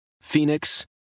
Phoenix